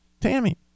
Tammy